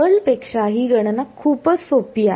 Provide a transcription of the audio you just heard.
curl पेक्षा ही गणना खूपच सोपी आहे